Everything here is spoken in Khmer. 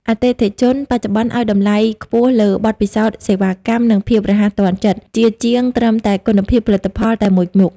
អតិថិជនបច្ចុប្បន្នឱ្យតម្លៃខ្ពស់លើ "បទពិសោធន៍សេវាកម្ម" និង "ភាពរហ័សទាន់ចិត្ត" ជាជាងត្រឹមតែគុណភាពផលិតផលតែមួយមុខ។